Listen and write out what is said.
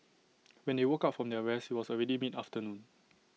when they woke up from their rest was already mid afternoon